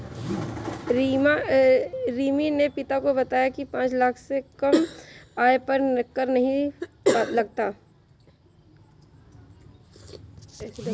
रिमी ने पिता को बताया की पांच लाख से कम आय पर कर नहीं लगता